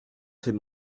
fais